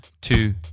two